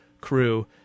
crew